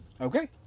Okay